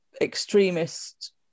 extremist